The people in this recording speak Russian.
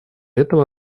этого